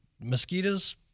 mosquitoes